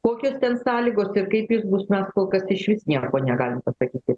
kokios ten sąlygos ir kaip jis bus mes kol kas išvis nieko negalim pasakyti